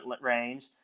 range